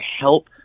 help